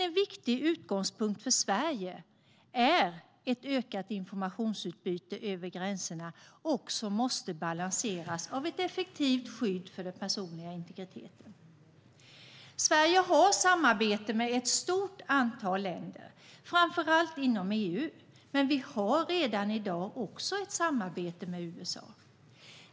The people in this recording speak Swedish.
En viktig utgångspunkt för Sverige är att ett ökat informationsutbyte över gränserna måste balanseras av ett effektivt skydd för den personliga integriteten. Sverige har samarbete med ett stort antal länder, framför allt inom EU, men vi har redan i dag också ett samarbete med USA.